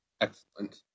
Excellent